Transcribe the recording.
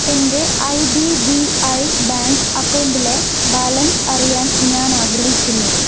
എൻ്റെ I D B I bank അക്കൗണ്ടിലെ balance അറിയാൻ ഞാൻ ആഗ്രഹിക്കുന്നു